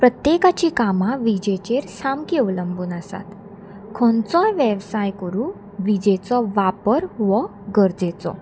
प्रत्येकाची कामां विजेचेर सामकें अवलंबून आसात खंयचोय वेवसाय करूं विजेचो वापर हो गरजेचो